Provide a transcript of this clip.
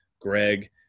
Greg